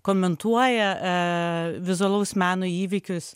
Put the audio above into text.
komentuoja e vizualaus meno įvykius